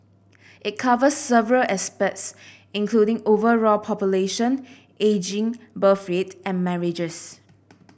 it covers several aspects including overall population ageing birth rate and marriages